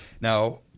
Now